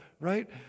right